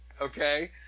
okay